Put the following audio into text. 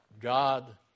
God